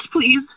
please